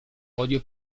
odio